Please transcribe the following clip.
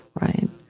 Right